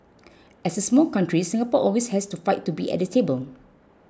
as a small country Singapore always has to fight to be at the table